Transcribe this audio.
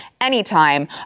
anytime